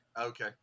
Okay